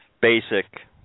basic